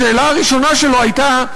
השאלה הראשונה שלו הייתה: